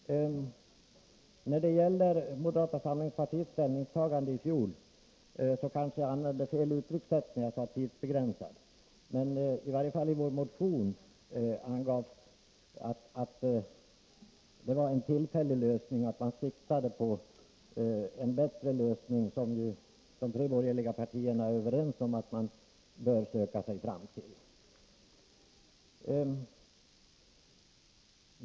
När det gäller moderata samlingspartiets ställningstagande i fjol använde jag kanske fel uttryck, när jag talade om en ”tidsbegränsad” lag. I varje fall i vår motion angav vi att det var en tillfällig lösning och att man siktade på en bättre lösning, som de borgerliga var överens om att man skulle söka sig fram till.